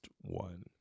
one